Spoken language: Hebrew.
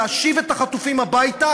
להשיב את החטופים הביתה